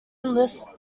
enlist